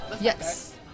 Yes